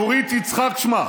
דורית יצחק שמה.